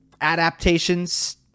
adaptations